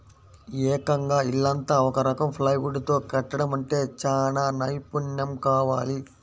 ఏకంగా ఇల్లంతా ఒక రకం ప్లైవుడ్ తో కట్టడమంటే చానా నైపున్నెం కావాలి